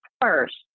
first